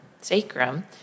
sacrum